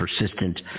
persistent